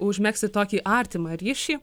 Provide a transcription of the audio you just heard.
užmegzti tokį artimą ryšį